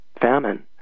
famine